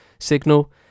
signal